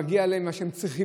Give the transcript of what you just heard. שמגיעים להם, מה שהם צריכים.